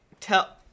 tell